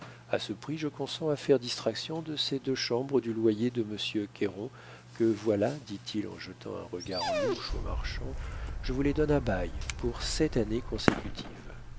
a ce prix je consens à faire distraction de ces deux chambres du loyer de monsieur cayron que voilà dit-il en jetant un regard louche au marchand je vous les donne à bail pour sept années consécutives